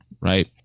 right